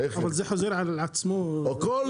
אבל זה חוזר על עצמו בכל הרפורמות.